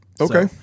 Okay